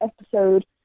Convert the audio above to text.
episode